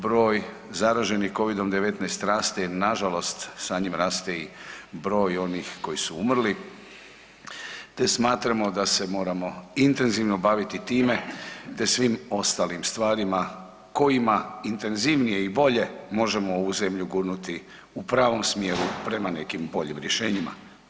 Broj zaraženih Covid-19 raste a nažalost sa njim raste i broj onih koji su umrli te smatramo da se moramo intenzivno baviti time te svim ostalim stvarima kojima intenzivnije i bolje možemo ovu zemlju gurnuti u pravom smjeru prema nekim boljim rješenjima.